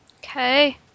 Okay